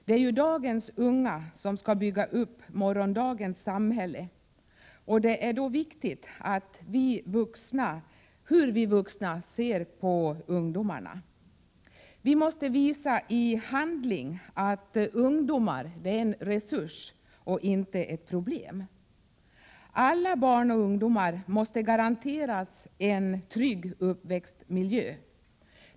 Det är ju dagens unga som skall bygga upp morgondagens samhälle, och det är då viktigt hur vi vuxna ser på ungdomarna. Vi måste i handling visa att ungdomar är en resurs och inte ett problem. Alla barn och ungdomar måste garanteras en trygg uppväxtmiljö.